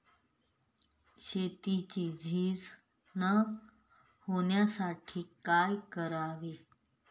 शेतीची झीज न होण्यासाठी काय करावे?